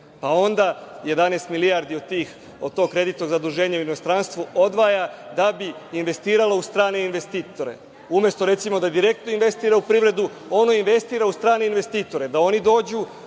pa, onda 11 milijardi od tog kreditnog zaduženja u inostranstvu odvaja da bi investiralo u strane investitore. Umesto, recimo, da direktno investira u privredu, ona investira u strane investitore da oni dođu,